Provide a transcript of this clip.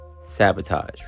sabotage